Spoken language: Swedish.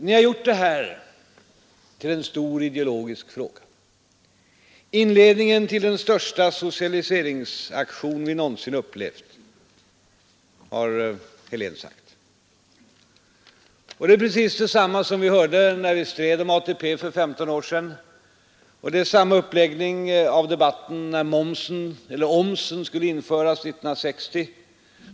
Ni har gjort det här till en stor ideologisk fråga — inledningen till den största socialiseringsaktion vi någonsin upplevt, har herr Helén sagt. Det är precis detsamma som vi hörde när vi stred om ATP för 15 år sedan. Och det var samma uppläggning av debatten när omsen skulle införas 1960.